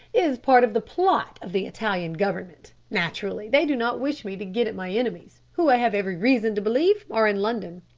is part of the plot of the italian government. naturally, they do not wish me to get at my enemies, who i have every reason to believe are in london.